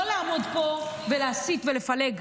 לא לעמוד פה ולהסית ולפלג.